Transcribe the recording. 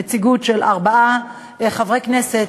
נציגות של ארבעה חברי כנסת,